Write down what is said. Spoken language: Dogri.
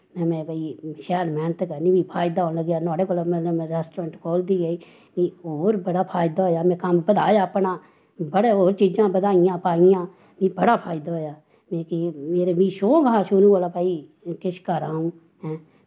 में भाई शैल मैह्नत करनी मिगी फायदा होन लगा नोहाड़े कोला नमें नमें रैस्टोरैंट खोलदी गेई मिगी होर बड़ा फायदा होआ में कम्म बधाया अपना बड़ी होर चीजां बधाइयां पाइयां मिगी बड़ा फायदा होआ मिगी मेरा शौक हा शुरु कोला भाई किश करां अऊं